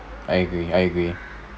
I agree I agree